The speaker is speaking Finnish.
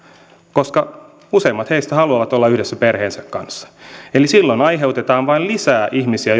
koska useimmat heistä haluavat olla yhdessä perheensä kanssa silloin aiheutetaan se että vain lisää ihmisiä